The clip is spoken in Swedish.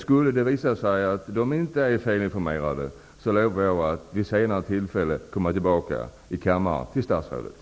Skulle det visa sig att de inte är felinformerade lovar jag att vid ett senare tillfälle återkomma till statsrådet här i kammaren.